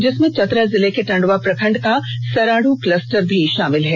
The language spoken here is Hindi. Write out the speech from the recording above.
जिसमें चतरा जिले के टंडवा प्रखंड का सरादू क्लस्टर भी शामिल है